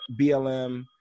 BLM